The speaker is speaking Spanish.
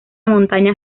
montaña